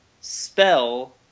Spell